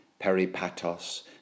Peripatos